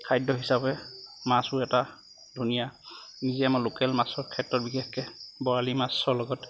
খাদ্য হিচাপে মাছো এটা ধুনীয়া বিশেষকে আমাৰ লোকেল মাছৰ ক্ষেত্ৰত বিশেষকে বৰালি মাছৰ লগত